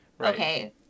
okay